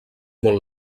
molt